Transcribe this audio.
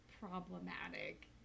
problematic